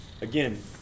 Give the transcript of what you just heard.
Again